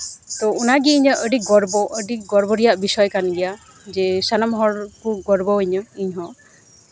ᱛᱚ ᱚᱱᱟᱜᱮ ᱤᱧᱟᱹᱜ ᱟᱹᱰᱤ ᱜᱚᱨᱵᱚ ᱟᱹᱰᱤ ᱜᱚᱨᱵᱚ ᱨᱮᱭᱟᱜ ᱵᱤᱥᱚᱭ ᱠᱟᱱ ᱜᱮᱭᱟ ᱡᱮ ᱥᱟᱱᱟᱢ ᱦᱚᱲ ᱠᱚ ᱜᱚᱨᱵᱚ ᱤᱧᱟᱹ ᱤᱧᱦᱚᱸ